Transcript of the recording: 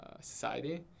society